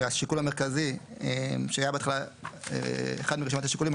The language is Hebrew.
שהשיקול המרכזי שהיה בהתחלה אחד מרשימת השיקולים,